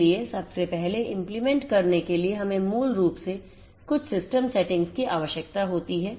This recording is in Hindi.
इसलिए सबसे पहले implement करने के लिए हमें मूल रूप से कुछ सिस्टम सेटिंग्स की आवश्यकता होती है